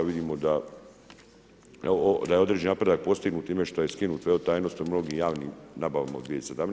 Vidimo da je određeni napredak postignut time što je skinut veo tajnosti u mnogim javnim nabavama u 2017.